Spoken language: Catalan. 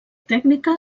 tècnica